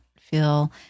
feel